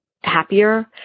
happier